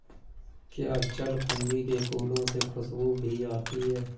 क्या जलकुंभी के फूलों से खुशबू भी आती है